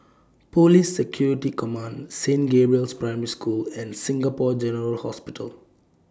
Police Security Command Saint Gabriel's Primary School and Singapore General Hospital